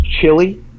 chili